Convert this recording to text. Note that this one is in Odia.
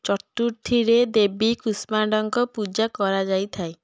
ଚତୁର୍ଥୀରେ ଦେବୀ କୁଷ୍ମାଣ୍ଡାଙ୍କ ପୂଜା କରାଯାଇଥାଏ